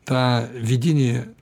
tą vidinį